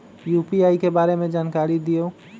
UPI के बारे में जानकारी दियौ?